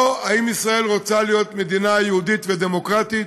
או האם ישראל רוצה להיות מדינה יהודית ודמוקרטית,